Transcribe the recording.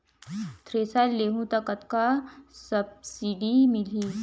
Thresher लेहूं त कतका सब्सिडी मिलही?